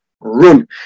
room